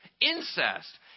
incest